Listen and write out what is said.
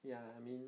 ya I mean